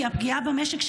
כי הפגיעה במשק,